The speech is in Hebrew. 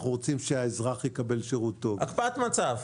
אנחנו רוצים שהאזרח יקבל שירות טוב -- הקפאת מצב,